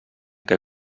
què